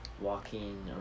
walking